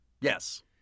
Yes